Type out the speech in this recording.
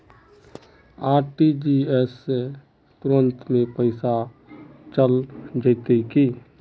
RTGS से तुरंत में पैसा चल जयते की?